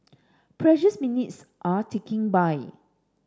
precious minutes are ticking by